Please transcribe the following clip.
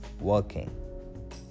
working